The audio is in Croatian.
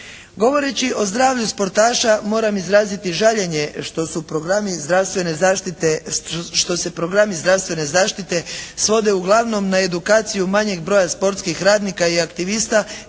programi zdravstvene zaštite, što se programu zdravstvene zaštite svode uglavnom na edukaciju manjeg broja sportskih radnika i aktivista, jer